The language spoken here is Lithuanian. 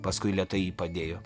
paskui lėtai jį padėjo